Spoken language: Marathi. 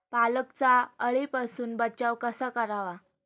पालकचा अळीपासून बचाव कसा करावा?